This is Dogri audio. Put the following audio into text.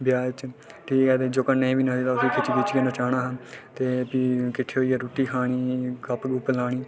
ब्याह् च ठीक ऐ ते जोह्का नेईं बी नच्चदा उस्सी खिच्ची खिच्चियै नचाना ते फ्ही किट्ठे होइयै रुट्टी खानी गप्प गुप्प लानी